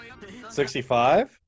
65